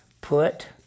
Put